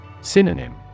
Synonym